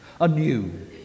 Anew